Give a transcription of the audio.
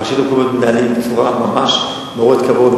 הרשויות המקומיות מתנהלות בצורה שממש מעוררת כבוד,